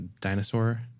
Dinosaur